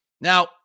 Now